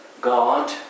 God